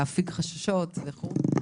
להפיג חששות וכולי.